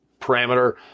parameter